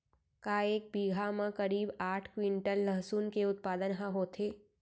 का एक बीघा म करीब आठ क्विंटल लहसुन के उत्पादन ह होथे?